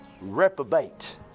reprobate